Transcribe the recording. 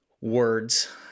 words